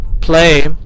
play